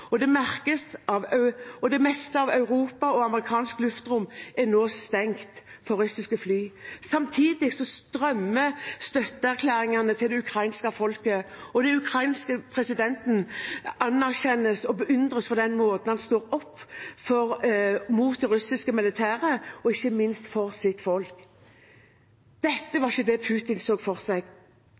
og det meste av europeisk og amerikansk luftrom er nå stengt for russiske fly. Samtidig strømmer støtteerklæringene inn til det ukrainske folket, og den ukrainske presidenten anerkjennes og beundres for den måten han står opp mot det russiske militæret og opp for sitt folk. Det var ikke dette Putin så for seg.